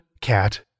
cat